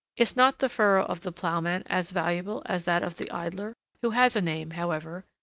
is not the furrow of the ploughman as valuable as that of the idler, who has a name, however,